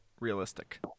Realistic